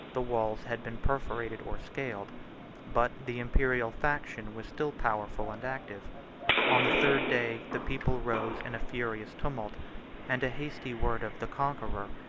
the walls had been perforated or scaled but the imperial faction was still powerful and active on the third day, the people rose in a furious tumult and a hasty word of the conqueror,